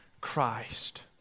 Christ